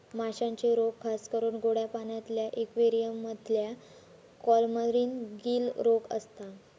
माश्यांचे रोग खासकरून गोड्या पाण्यातल्या इक्वेरियम मधल्या कॉलमरीस, गील रोग असता